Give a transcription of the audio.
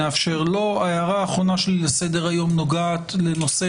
ההערה האחרונה שלי לסדר היום נוגעת לנושא